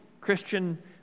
Christian